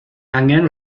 angen